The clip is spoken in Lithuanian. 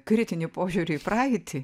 kritinį požiūrį į praeitį